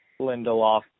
Lindelof